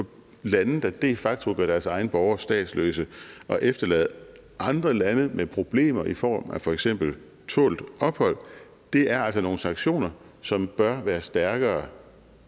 lande, der de facto gør deres egne borgere statsløse og efterlader andre lande med problemer i form af f.eks. tålt ophold, er altså nogle sanktioner, som bør være stærkere,